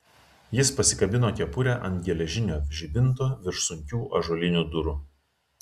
jis pasikabino kepurę ant geležinio žibinto virš sunkių ąžuolinių durų